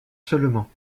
seulement